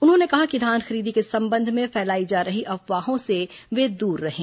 उन्होंने कहा कि धान खरीदी के संबंध में फैलाई जा रही अफवाहों से वे दूर रहें